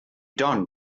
done